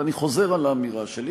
ואני חוזר על האמירה שלי,